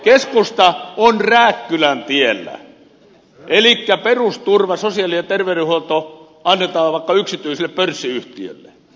keskusta on rääkkylän tiellä elikkä perusturva sosiaali ja terveydenhuolto annetaan vaikka yksityiselle pörssiyhtiölle